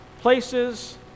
places